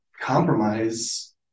compromise